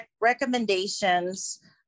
recommendations